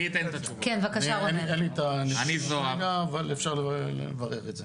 אין לי את הנתונים, אבל אפשר לברר את זה.